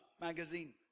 magazine